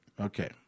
Okay